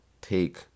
take